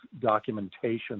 documentation